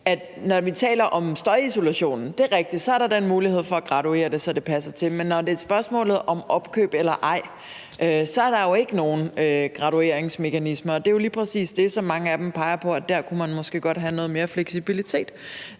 når vi taler om støjisolationen, at så er der den mulighed for at graduere det, men når det er et spørgsmål om opkøb eller ej, er der jo ikke nogen gradueringsmekanismer. Og det er jo lige præcis det, som mange af dem peger på, altså at der kunne man måske godt have noget mere fleksibilitet.